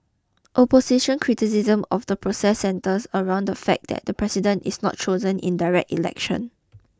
opposition criticism of the process centres around the fact that the president is not chosen in direct election